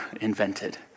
invented